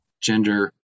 gender